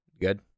good